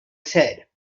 said